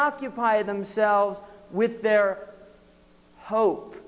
occupy themselves with their hope